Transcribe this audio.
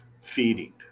feeding